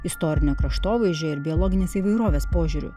istorinio kraštovaizdžio ir biologinės įvairovės požiūriu